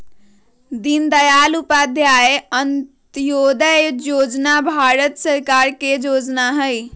दीनदयाल उपाध्याय अंत्योदय जोजना भारत सरकार के जोजना हइ